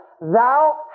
thou